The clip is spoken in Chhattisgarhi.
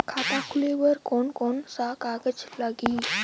खाता खुले बार कोन कोन सा कागज़ लगही?